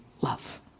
love